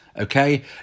Okay